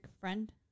friend